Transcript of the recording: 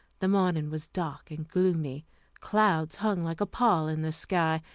the morning was dark and gloomy clouds hung like a pall in the sky,